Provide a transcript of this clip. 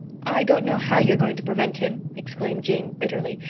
i don't know how you're going to prevent him, exclaimed jane bitterly.